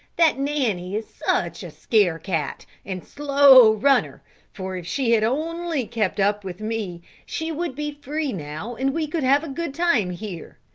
that nanny is such a scare-cat and slow runner for if she had only kept up with me she would be free now and we could have a good time here.